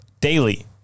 daily